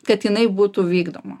kad jinai būtų vykdoma